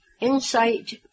Insight